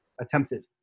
attempted